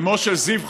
אימו של זיו חג'בי,